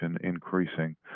increasing